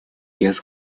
без